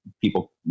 people